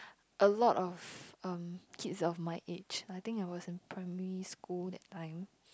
a lot of um kids on my age I think I was in primary school that time